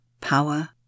power